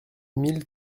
mille